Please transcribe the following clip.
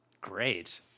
Great